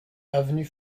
avenue